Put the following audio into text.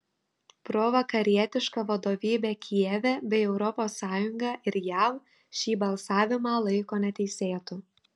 provakarietiška vadovybė kijeve bei europos sąjunga ir jav šį balsavimą laiko neteisėtu